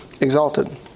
exalted